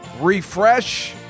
Refresh